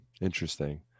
Interesting